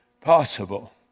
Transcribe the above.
possible